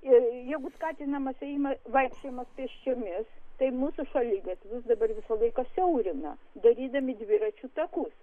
ir jeigu skatinamas ėjimas vaikščiojimas pėsčiomis tai mūsų šaligatvius dabar visą laiką siaurina darydami dviračių takus